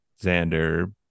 Xander